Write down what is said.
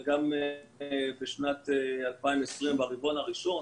וגם בשנת 2020 ברבעון הראשון,